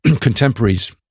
contemporaries